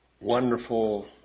wonderful